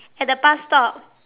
at the bus stop